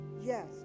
yes